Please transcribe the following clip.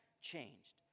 changed